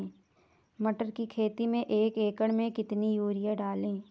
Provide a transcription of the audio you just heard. मटर की खेती में एक एकड़ में कितनी यूरिया डालें?